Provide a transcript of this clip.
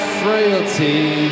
frailty